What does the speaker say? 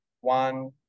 one